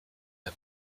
der